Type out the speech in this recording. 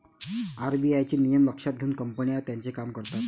RBI चे नियम लक्षात घेऊन कंपन्या त्यांचे काम करतात